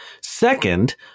Second